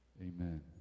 Amen